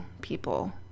people